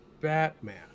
Batman